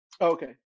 Okay